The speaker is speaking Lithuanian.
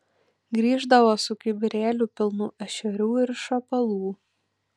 grįždavo su kibirėliu pilnu ešerių ir šapalų